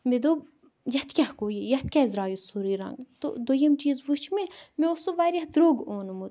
مےٚ دوپ یَتھ کیٛاہ گوٚو یہِ یَتھ کیازِ دراو یہِ سورے رنگ تہٕ دوٚیِم چیز وٕچھ مےٚ مےٚ اوس سُہ واریاہ دروگ اونمُت